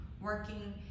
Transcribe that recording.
working